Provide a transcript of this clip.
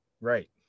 Right